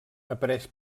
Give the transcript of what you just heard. apareix